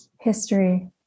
History